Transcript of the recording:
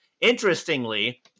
Interestingly